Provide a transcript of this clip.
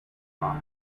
wrong